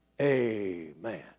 Amen